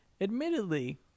admittedly